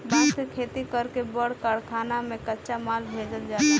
बांस के खेती कर के बड़ कारखाना में कच्चा माल भेजल जाला